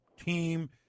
team